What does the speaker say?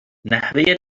نحوه